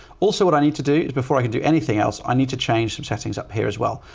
also, what i need to do is before i can do anything else i need to change some settings up here as well.